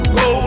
go